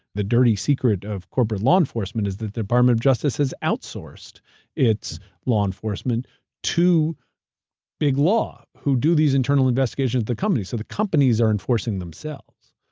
the dirty secret of corporate law enforcement is that the department of justice has outsourced its law enforcement to big law who do these internal investigations at the company. so the companies are enforcing themselves,